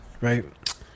right